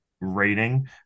rating